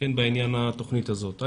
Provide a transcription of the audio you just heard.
בעניין התוכנית הזאת.